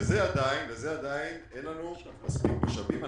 לזה עדיין אין לנו מספיק משאבים.